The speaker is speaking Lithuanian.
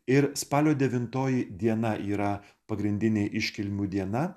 ir spalio devintoji diena yra pagrindinė iškilmių diena